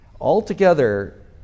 Altogether